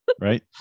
right